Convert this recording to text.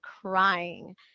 crying